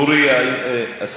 עשר